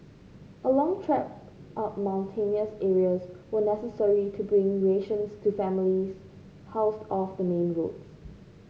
a long trek up mountainous areas were necessary to bring rations to families housed off the main roads